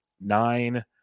nine